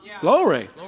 Glory